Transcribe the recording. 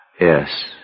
Yes